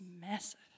massive